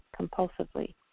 compulsively